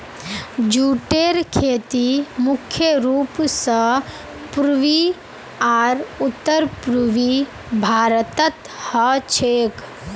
जूटेर खेती मुख्य रूप स पूर्वी आर उत्तर पूर्वी भारतत ह छेक